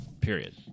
Period